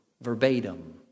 verbatim